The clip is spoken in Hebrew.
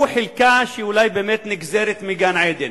הוא חלקה שאולי באמת נגזרת מגן-עדן.